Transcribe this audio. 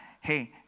hey